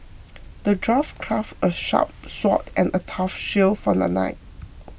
the dwarf crafted a sharp sword and a tough shield for the knight